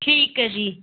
ਠੀਕ ਹੈ ਜੀ